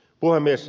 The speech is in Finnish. puhemies